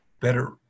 better